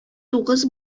тугыз